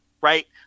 right